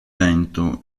lento